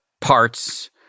parts